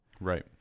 Right